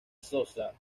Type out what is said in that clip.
sosa